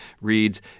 reads